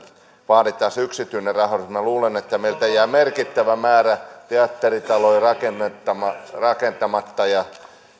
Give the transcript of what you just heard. vaaditaan se yksityinen rahoitus minä luulen että meiltä jää merkittävä määrä teatteritaloja rakentamatta rakentamatta